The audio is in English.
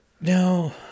No